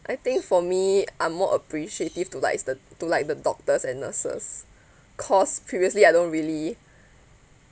I think for me I'm more appreciative to like to like the doctors and nurses cause previously I don't really